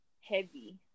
heavy